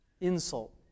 insult